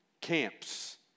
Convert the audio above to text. camps